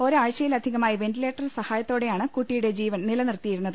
ഒരാഴ്ചയിലധികമാ്യി ventilator സഹായത്തോടെ യാണ് കുട്ടിയുടെ ജീവൻ നിലനിർത്തിയിരുന്നത്